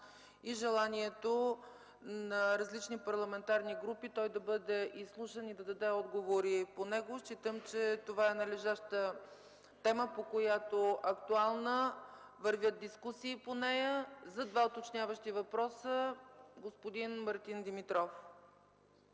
и желанието на различни парламентарни групи той да бъде изслушан и да даде отговори по него. Считам, че това е належаща тема, актуална, по която вървят дискусии. За два уточняващи въпроса – господин Мартин Димитров.